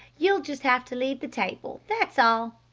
you'll just have to leave the table, that's all.